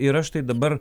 ir aš tai dabar